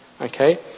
Okay